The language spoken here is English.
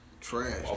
Trash